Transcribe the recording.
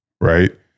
right